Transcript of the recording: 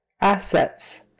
Assets